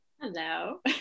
Hello